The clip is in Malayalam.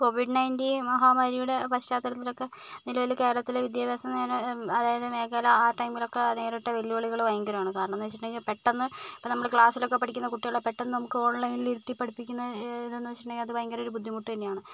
കോവിഡ് നയൻ്റീൻ മഹാമാരിയുടെ പശ്ചാത്തലത്തിലൊക്കെ നിലവിലെ കേരളത്തിലെ വിദ്യാഭ്യാസ അതായത് മേഖല ആ ടൈമിലൊക്കെ നേരിട്ട വെല്ലുവിളികൾ ഭയങ്കരം ആണ് കാരണം എന്ന് വെച്ചിട്ടുണ്ടങ്കിൽ പെട്ടെന്ന് ഇപ്പം നമ്മൾ ക്ലാസിലൊക്കെ പഠിക്കുന്ന കുട്ടികളെ പെട്ടെന്ന് നമുക്ക് ഓൺലൈനിൽ ഇരുത്തി പഠിപ്പിക്കുന്നത് വെച്ചിട്ടുണ്ടെങ്കിൽ അത് ഭയങ്കര ബുദ്ധിമുട്ട് തന്നെയാണ്